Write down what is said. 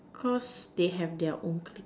cause they have their own